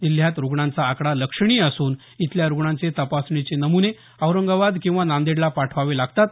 जिल्ह्यात रुग्णांचा आकडा लक्षणीय असून इथल्या रुग्णांचे तपासणीचे नम्ने औरंगाबाद किंवा नांदेडला पाठवावे लागतात